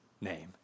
name